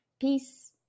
Peace